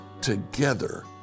together